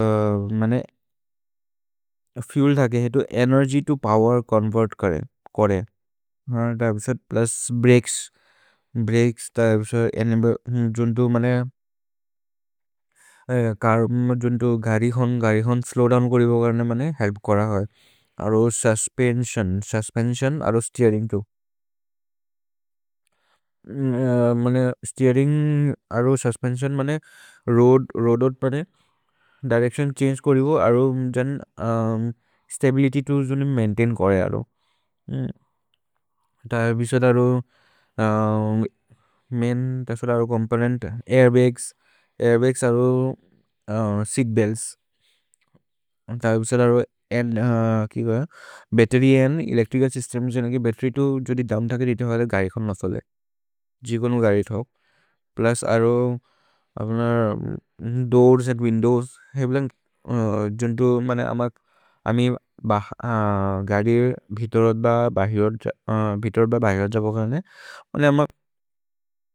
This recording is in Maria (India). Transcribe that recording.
मने, फुएल् धके हेतु एनेर्ग्य् तो पोवेर् चोन्वेर्त् करे, कोरे, प्लुस् ब्रकेस्। भ्रकेस् त अब्से, जुन्तो मने, जुन्तो घारि होन्, घारि होन् स्लोव् दोव्न् करिबो कर्ने, मने हेल्प् कोर है। अरो सुस्पेन्सिओन्, सुस्पेन्सिओन्, अरो स्तीरिन्ग् तु। मने, स्तीरिन्ग्, अरो सुस्पेन्सिओन्, मने, रोअद्, रोअद् ओउत् प्रए, दिरेच्तिओन् छन्गे करिबो, अरो, जन्, स्तबिलित्य् तु जुने मैन्तैन् करे अरो। त अबिसोद्, अरो, मैन्, त अबिसोद्, अरो, चोम्पोनेन्त्, ऐर्बग्स्, ऐर्बग्स्, अरो, सेअत्बेल्त्स्। त अबिसोद्, अरो, एन्, कि गय, बत्तेर्य् अन्द् एलेच्त्रिचल् स्य्स्तेम्स्, जुन कि, बत्तेर्य् तु, जोदि दौन् धके देते हले, घारि कोन् न थले। जिकोनु घारि थौक्। प्लुस्, अरो, अबुनर्, दूर्स् अन्द् विन्दोव्स्। हेब् लन्ग्, जुन्तो, मने, अमक्, अमि, घारिर्, भितोरत् ब, बहिरत्, भितोरत् ब, बहिरत् जबो कर्ने। मने, अमक्।